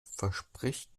verspricht